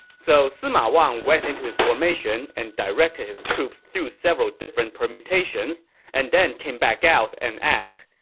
so sima wang went into his formation and directed his troops through several different permutations and then came back out and asked,